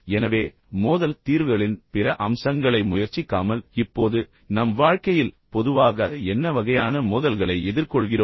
எனவே மோதல் தீர்வுகளின் பிற அம்சங்களை முயற்சிக்காமல் இப்போது நம் வாழ்க்கையில் பொதுவாக என்ன வகையான மோதல்களை எதிர்கொள்கிறோம்